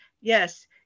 yes